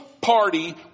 party